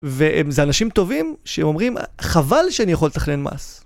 וזה אנשים טובים שאומרים, חבל שאני יכול לתכנן מס.